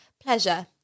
Pleasure